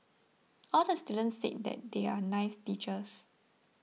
all the students said that they are nice teachers